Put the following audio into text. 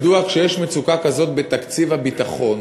מדוע כשיש מצוקה כזאת בתקציב הביטחון,